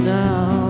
now